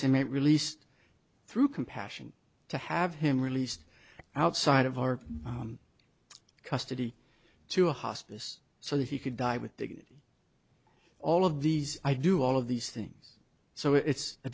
image released through compassion to have him released outside of our custody to a hospice so that he could die with dignity all of these i do all of these things so it's a